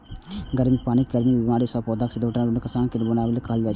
गर्मी, पानिक कमी या बीमारी सं पौधाक दृढ़ताक नोकसान कें मुरझेनाय कहल जाइ छै